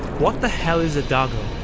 what the hell is a doggo? oh